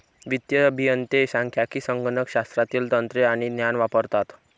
वित्तीय अभियंते सांख्यिकी, संगणक शास्त्रातील तंत्रे आणि ज्ञान वापरतात